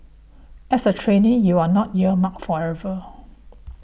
as a trainee you are not earmarked forever